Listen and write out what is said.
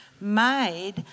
made